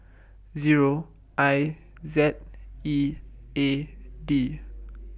Zero I Z E A D